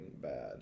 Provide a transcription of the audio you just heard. bad